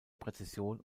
präzision